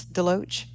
Deloach